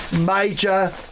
major